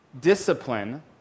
discipline